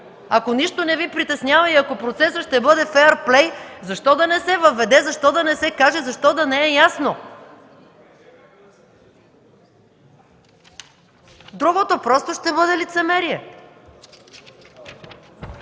Ако нищо не Ви притеснява и процесът ще бъде феър плей, защо да не се въведе, защо да не се каже, защо да не е ясно?! Другото просто ще бъде лицемерие.